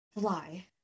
fly